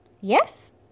Yes